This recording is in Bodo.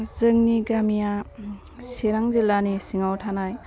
जोंनि गामिया सिरां जिल्लानि सिङाव थानाय